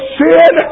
sin